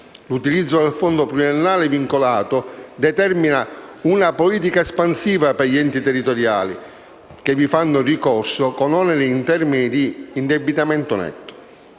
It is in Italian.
L'utilizzo del fondo pluriennale vincolato determina una politica espansiva per gli enti territoriali che vi fanno ricorso, con oneri in termini di indebitamento netto.